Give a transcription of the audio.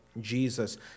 Jesus